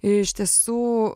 iš tiesų